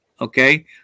Okay